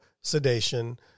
sedation